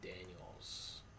Daniels